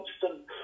constant